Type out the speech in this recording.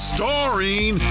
Starring